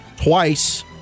Twice